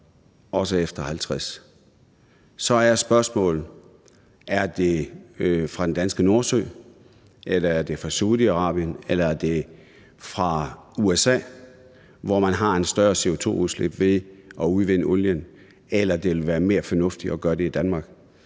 også efter 2050. Så er spørgsmålet: Skal det være fra den danske Nordsø? Eller skal det være fra Saudi-Arabien eller fra USA, hvor man har et større CO2-udslip ved at udvinde olien? Eller vil det være mere fornuftigt at gøre det i Danmark?